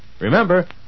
Remember